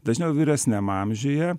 dažniau vyresniam amžiuje